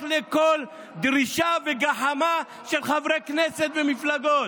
לכל דרישה וגחמה של חברי כנסת ומפלגות.